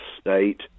state